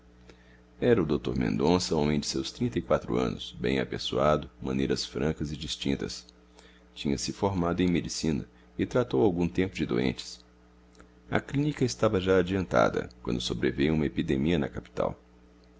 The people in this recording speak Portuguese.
era o dr mendonça homem de seus trinta e quatro anos bem apessoado maneiras francas e distintas tinha-se formado em medicina e tratou algum tempo de doentes a clínica estava já adiantada quando sobreveio uma epidemia na capital